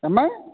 ఏమ్మా